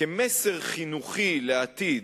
כמסר חינוכי לעתיד,